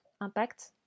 impact